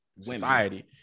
society